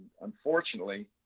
unfortunately